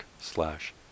slash